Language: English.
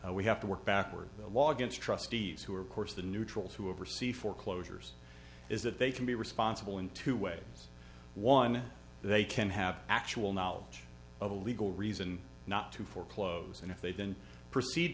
we have to work backwards the law against trustees who are of course the neutrals who oversee foreclosures is that they can be responsible in two ways one they can have actual knowledge of a legal reason not to foreclose and if they then proceed